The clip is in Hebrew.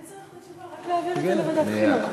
אין צורך בתשובה, רק להעביר את זה לוועדת החינוך.